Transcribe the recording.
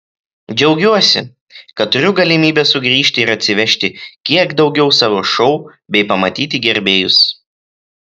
džiaugiuosi kad turiu galimybę sugrįžti ir atsivežti kiek daugiau savo šou bei pamatyti gerbėjus